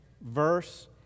verse